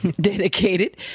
dedicated